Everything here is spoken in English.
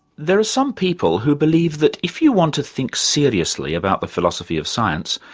there are some people who believe that if you want to think seriously about the philosophy of science,